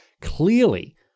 clearly